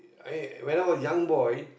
I when I was young boy